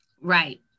Right